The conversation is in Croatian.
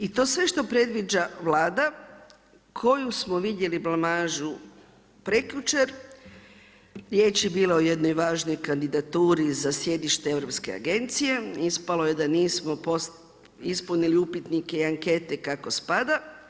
I to sve što predviđa Vlada koju smo vidjeli blamažu prekjučer, riječ je bila o jednoj važnoj kandidaturi za sjedište europske agencije i ispalo je da nismo ispunili i ankete kako spada.